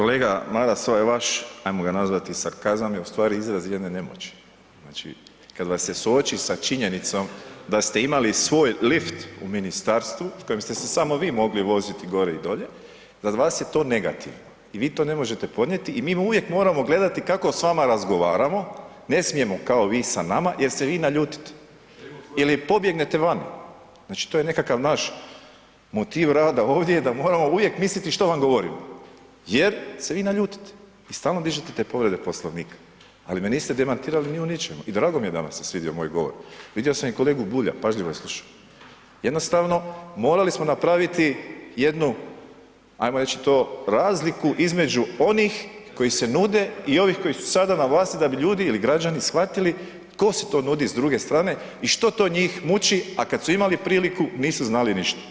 Kolega Maras, ovaj vaš, ajmo ga nazvati sarkazam je u stvari izraz jedne nemoći, znači kad vas se suoči sa činjenicom da ste imali svoj lift u ministarstvu s kojim ste se samo vi mogli voziti gore i dolje, za vas je to negativno i vi to ne možete podnijeti i mi uvijek moramo gledati kako s vama razgovaramo, ne smijemo kao vi sa nama jer se vi naljutite ili pobjegnete vani, znači to je nekakav naš motiv rada ovdje da moramo uvijek misliti što vam govorimo jer se vi naljutite i stalno dižete te povrede Poslovnika, ali me niste demantirali ni u ničemu i drago mi je da vam se svidio moj govor, vidio sam i kolegu Bulja, pažljivo je slušao, jednostavno morali smo napraviti jednu, ajmo reći to, razliku između onih koji se nude i ovih koji su sada na vlasti da bi ljudi ili građani shvatili tko se to nudi s druge strane i što to njih muči, a kad su imali priliku nisu znali ništa.